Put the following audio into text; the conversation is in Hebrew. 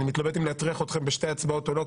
אני מתלבט אם להטריח אתכם בשתי הצבעות או לא,